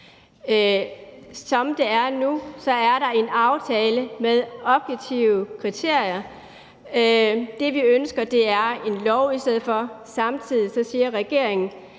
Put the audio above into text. Som det er nu, er der en aftale med objektive kriterier. Det, vi ønsker, er en lov i stedet for. Samtidig siger regeringen,